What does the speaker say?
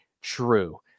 true